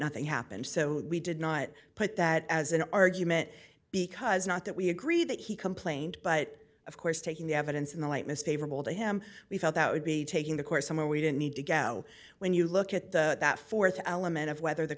nothing happened so we did not put that as an argument because not that we agree that he complained but of course taking the evidence in the lightness favorable to him we felt that would be taking the court somewhere we didn't need to go when you look at the th element of whether the